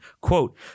quote